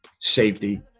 safety